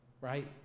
Right